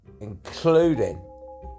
including